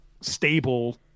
stable